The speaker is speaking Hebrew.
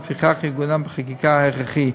לפיכך עיגונן בחקיקה הכרחי.